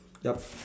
yup